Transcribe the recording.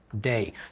day